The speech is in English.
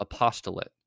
apostolate